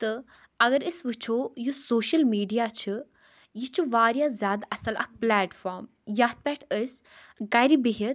تہٕ اگر أسۍ وُچھو یُس سوشَل میڈیا چھُ یہِ چھُ واریاہ زیادٕ اصٕل اَکھ پلیٹفارم یَتھ پٮ۪ٹھ أسۍ گَھرِ بیٚہتھ